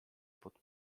pod